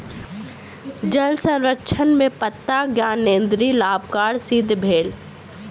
जल संरक्षण में पत्ता ज्ञानेंद्री लाभकर सिद्ध भेल